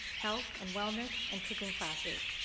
health and wellness, and cooking classes.